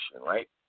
right